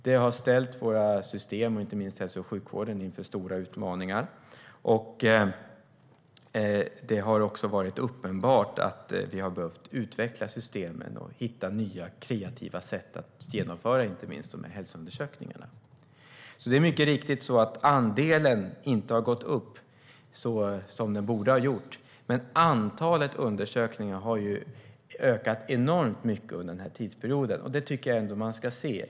Det har ställt våra system, inte minst hälso och sjukvården, inför stora utmaningar. Det har också varit uppenbart att vi har behövt utveckla systemen och hitta nya kreativa sätt att genomföra inte minst de här hälsoundersökningarna. Det är mycket riktigt att andelen inte har gått upp så som den borde ha gjort, men antalet undersökningar har ökat enormt mycket under den här tidsperioden. Det tycker jag ändå att man ska se.